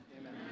amen